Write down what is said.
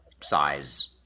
size